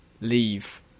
leave